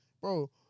bro